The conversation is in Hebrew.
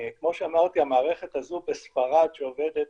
כמו שאמרתי, המערכת הזו בספרד, עובדת